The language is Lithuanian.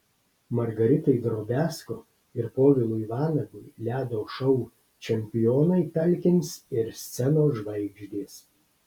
margaritai drobiazko ir povilui vanagui ledo šou čempionai talkins ir scenos žvaigždės